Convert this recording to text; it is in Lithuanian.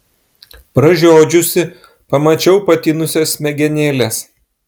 pražiodžiusi pamačiau patinusias smegenėles